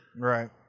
right